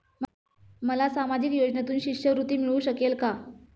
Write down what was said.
मला सामाजिक योजनेतून शिष्यवृत्ती मिळू शकेल का?